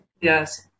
Yes